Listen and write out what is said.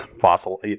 fossil